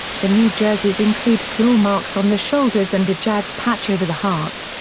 the new jerseys include claw marks on the shoulders and a jags patch over the heart.